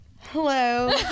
Hello